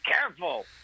careful